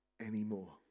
Anymore